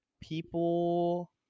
people